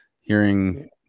Hearing